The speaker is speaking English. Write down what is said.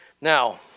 now